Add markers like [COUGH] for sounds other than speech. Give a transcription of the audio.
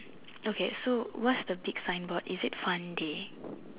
okay so what's the big signboard is it fun day [BREATH]